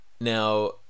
Now